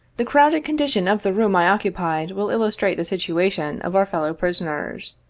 the crowded condition of the room i occupied will illustrate the situation of our fellow prisoners.